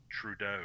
Trudeau